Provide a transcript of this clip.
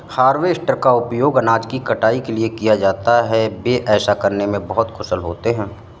harvester का उपयोग अनाज की कटाई के लिए किया जाता है, वे ऐसा करने में बहुत कुशल होते हैं